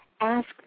ask